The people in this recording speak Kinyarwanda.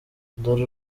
dore